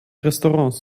restaurants